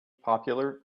popular